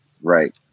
Right